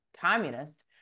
communist